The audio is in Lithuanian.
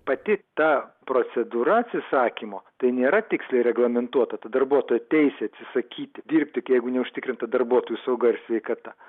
pati ta procedūra atsisakymo tai nėra tiksliai reglamentuota tų darbuotojų teisė atsisakyti dirbti jeigu neužtikrinta darbuotojų sauga ir sveikata